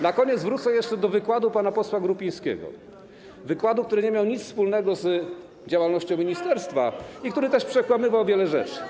Na koniec wrócę jeszcze do wykładu pana posła Grupińskiego, wykładu, który nie miał nic wspólnego z działalnością ministerstwa i który też przekłamywał wiele rzeczy.